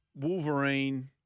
Wolverine